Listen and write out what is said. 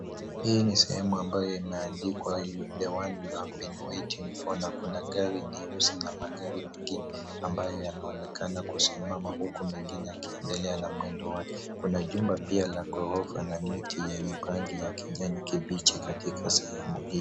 Hii ni sehemu ambayo imeandikwa the one you have been waiting for na kuna gari nyeusi na magari mengine ambayo yanaonekana kusimama huku mengine yakiendelea na mwendo wake. Kuna jumba pia la ghorofa na miti yenye rangi ya kijani kibichi katika sehemu hii.